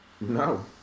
No